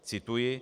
Cituji: